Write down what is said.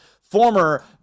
former